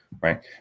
right